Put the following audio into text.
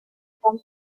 con